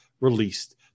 Released